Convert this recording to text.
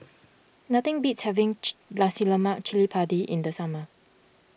nothing beats having Cili Padi in the summer